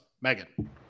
Megan